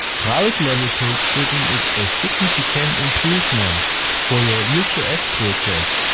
like level code splitting is a significant improvement for your vue js project.